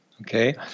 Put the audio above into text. okay